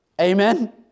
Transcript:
Amen